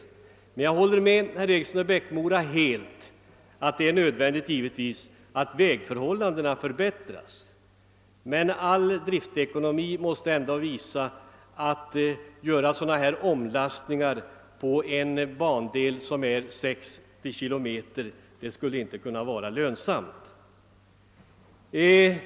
Men jag håller med herr Eriksson i Bäckmora om att det är nödvändigt att vägförhållandena förbättras. Alla driftsekonomiska erfarenheter säger ändå att det inte är lönsamt att göra sådana omlastningar på en bandel om bara 60 km längd.